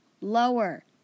Lower